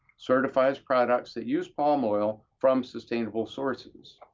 certifies products that use palm oil from sustainable sources.